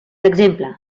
exemple